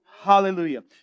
Hallelujah